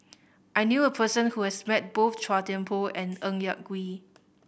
I knew a person who has met both Chua Thian Poh and Ng Yak Whee